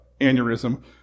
aneurysm